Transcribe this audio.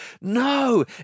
no